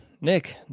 Nick